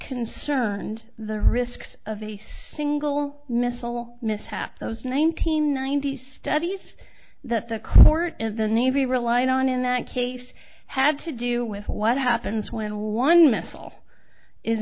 concerned the risks of a single missile mishap those nineteen ninety studies that the court and the navy relied on in that case had to do with what happens when one missile is